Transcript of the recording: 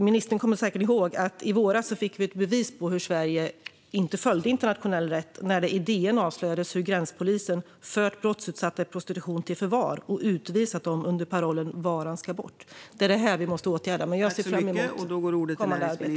Ministern kommer säkert ihåg att vi i våras fick ett bevis på att Sverige inte följer internationell rätt när det i DN avslöjades att gränspolisen fört brottsutsatta i prostitution till förvar och utvisat dem under parollen att "få bort varan". Det är detta vi måste åtgärda. Jag ser fram emot kommande arbete.